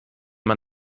man